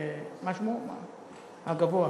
מה שמו, הגבוה?